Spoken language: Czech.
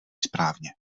správně